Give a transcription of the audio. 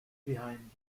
behind